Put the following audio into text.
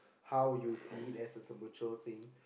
how you see it as as a mutual thing